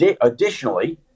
Additionally